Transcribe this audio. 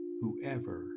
whoever